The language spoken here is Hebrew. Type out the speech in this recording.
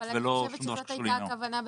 אבל אני חושבת שזאת הייתה הכוונה בסעיף,